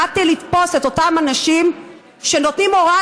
באתי לתפוס את אותם אנשים שנותנים הוראה